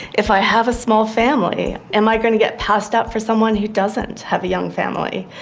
if i have a small family am i going to get passed up for someone who doesn't have a young family?